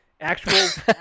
Actual